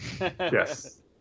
yes